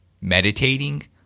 meditating